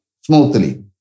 smoothly